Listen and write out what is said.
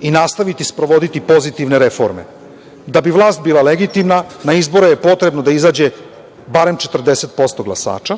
i nastaviti sprovoditi pozitivne reforme. Da bi vlast bila legitimna, na izbore je potrebno da izađe barem 40% glasača,